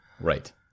right